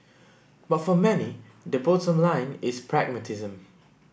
but for many the bottom line is pragmatism